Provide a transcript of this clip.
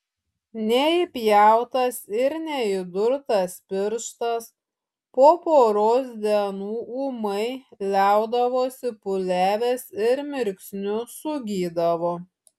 neįpjautas ir neįdurtas pirštas po poros dienų ūmai liaudavosi pūliavęs ir mirksniu sugydavo